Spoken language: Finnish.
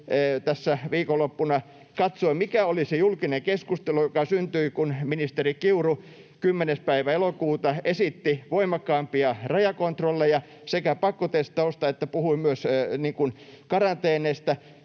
tässä viikonloppuna ja katsoin, mikä oli se julkinen keskustelu, joka syntyi, kun ministeri Kiuru 10. päivä elokuuta esitti voimakkaampia rajakontrolleja sekä pakkotestausta ja puhui myös karanteeneista,